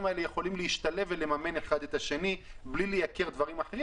האלה יכולים להשתלב ולממן זה את זה בלי לייקר דברים אחרים.